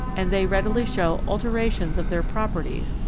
and they readily show alterations of their properties,